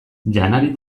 janari